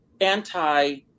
anti